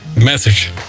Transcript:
message